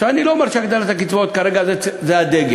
אני לא אומר שהגדלת הקצבאות כרגע זה הדגל,